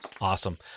Awesome